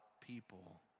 people